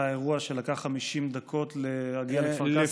האירוע שבו לקח 50 דקות להגיע לכפר קאסם?